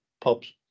pubs